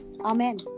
Amen